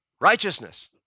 righteousness